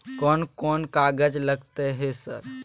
कोन कौन कागज लगतै है सर?